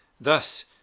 Thus